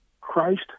Christ